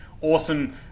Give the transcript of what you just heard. awesome